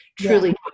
truly